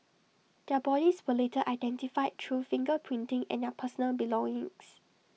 their bodies were later identified through finger printing and their personal belongings